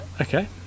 Okay